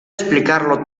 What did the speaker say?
explicarlo